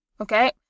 Okay